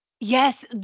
Yes